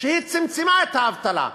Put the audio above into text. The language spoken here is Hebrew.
שהיא צמצמה את האבטלה,